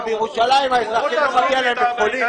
בירושלים לאזרחים לא מגיע בית חולים?